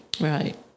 Right